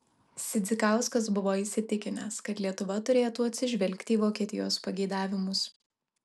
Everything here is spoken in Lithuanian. sidzikauskas buvo įsitikinęs kad lietuva turėtų atsižvelgti į vokietijos pageidavimus